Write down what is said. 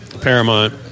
Paramount